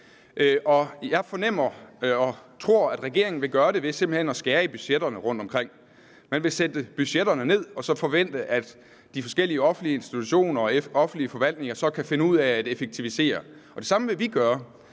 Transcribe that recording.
jeg fornemmer og tror, at regeringen vil gøre det ved simpelt hen at skære i budgetterne rundtomkring. Man vil sætte budgetterne ned og så forvente, at de forskellige offentlige institutioner og offentlige forvaltninger så kan finde ud af at effektivisere. Det samme vil vi gøre.